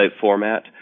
format